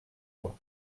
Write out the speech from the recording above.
bois